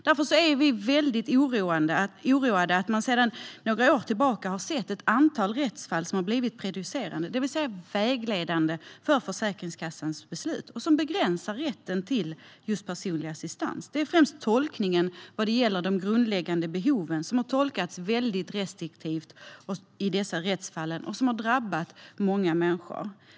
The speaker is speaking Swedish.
Därför är vi oroade över att vi under de senaste åren har kunnat se ett antal rättsfall som har blivit prejudicerande - det vill säga vägledande - för Försäkringskassans beslut och som begränsar rätten till personlig assistans. Det är främst tolkningen vad gäller de grundläggande behoven som har varit väldigt restriktiv i dessa rättsfall, vilket har drabbat många människor.